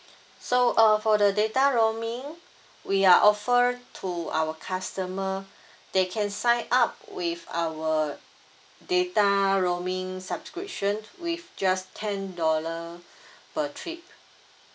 so uh for the data roaming we are offer to our customer they can sign up with our data roaming subscription with just ten dollar per trip